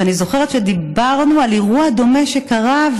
ואני זוכרת שדיברנו על אירוע דומה שקרה,